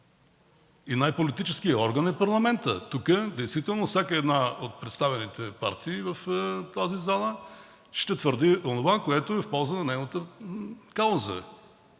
и най-политическият орган е парламентът. Действително тук всяка една от представените партии в тази зала ще твърди онова, което е в полза на нейната кауза,